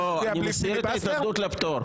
לא, אני אסיר את ההתנגדות לפטור.